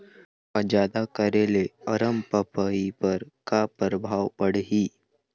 हवा जादा करे ले अरमपपई पर का परभाव पड़िही?